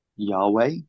Yahweh